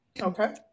Okay